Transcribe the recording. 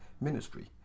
ministry